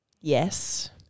Yes